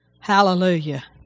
Hallelujah